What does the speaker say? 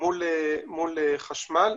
מול חשמל.